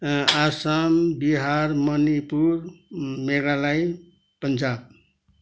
Assam Bihar Manipur Meghalaya Punjab